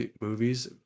movies